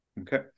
Okay